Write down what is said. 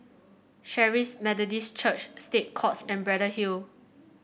Charis Methodist Church State Courts and Braddell Hill